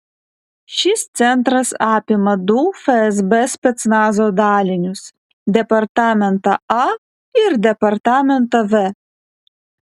šis centras apima du fsb specnazo dalinius departamentą a ir departamentą v